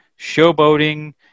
showboating